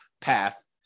path